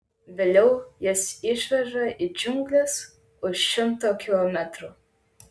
vėliau jas išveža į džiungles už šimto kilometrų